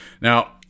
Now